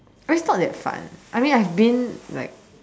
it's not that fun I mean I've been like